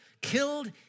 killed